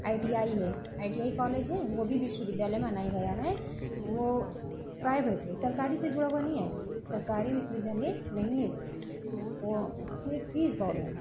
I T I है I T I college है वह भी विश्वविद्यालय मनाया गया है वह प्राइवेट है सरकारी से जुड़ा हुआ नहीं है सरकारी विश्वविद्यालय नहीं है वह उसमें फ़ीस बहुत महँगी है